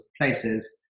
places